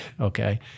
okay